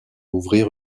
ouvrir